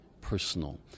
personal